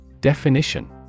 Definition